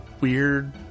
weird